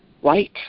white